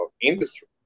industry